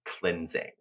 cleansing